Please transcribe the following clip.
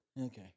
Okay